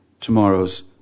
tomorrow's